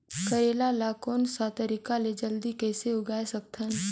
करेला ला कोन सा तरीका ले जल्दी कइसे उगाय सकथन?